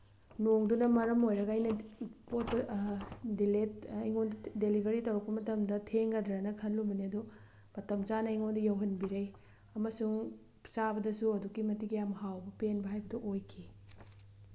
ꯅꯣꯡꯗꯨꯅ ꯃꯔꯝ ꯑꯣꯏꯔꯒ ꯑꯩꯅ ꯄꯣꯠꯇꯣ ꯗꯤꯂꯦꯠ ꯑꯩꯉꯣꯟꯗ ꯗꯤꯂꯤꯚꯔꯤ ꯇꯧꯔꯛꯄ ꯃꯇꯝꯗ ꯊꯦꯡꯒꯗ꯭ꯔꯅ ꯈꯜꯂꯨꯕꯅꯤ ꯑꯗꯨ ꯃꯇꯝ ꯆꯥꯅ ꯑꯩꯉꯣꯟꯗ ꯌꯧꯍꯟꯕꯤꯔꯛꯏ ꯑꯃꯁꯨꯡ ꯆꯥꯕꯗꯁꯨ ꯑꯗꯨꯛꯀꯤ ꯃꯇꯤꯛ ꯌꯥꯝ ꯍꯥꯎꯕ ꯄꯦꯟꯕ ꯍꯥꯏꯕꯗꯨ ꯑꯣꯏꯈꯤ